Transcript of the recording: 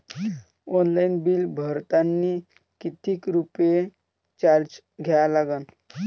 Online bill भरतानी कितीक रुपये चार्ज द्या लागन?